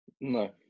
No